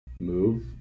move